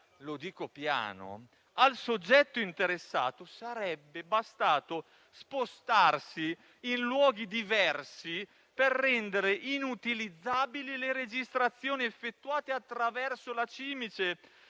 lo dico piano - al soggetto interessato sarebbe bastato spostarsi in luoghi diversi per rendere inutilizzabili le registrazioni effettuate attraverso la cimice.